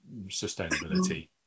sustainability